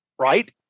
right